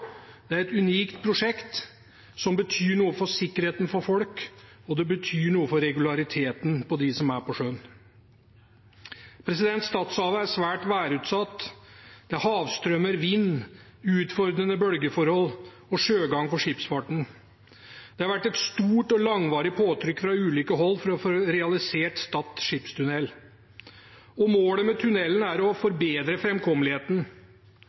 Det er et unikt prosjekt som betyr noe for sikkerheten til folk, og det betyr noe for regulariteten for dem som er på sjøen. Stadhavet er svært værutsatt. Det er havstrømmer, vind, utfordrende bølgeforhold og sjøgang for skipsfarten. Det har vært et stort og langvarig påtrykk fra ulike hold for å få realisert Stad skipstunnel, og målet med tunnelen er å forbedre